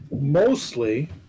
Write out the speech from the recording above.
mostly